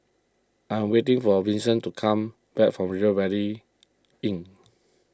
I'm waiting for Vinson to come back from River Valley Inn